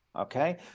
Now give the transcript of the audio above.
okay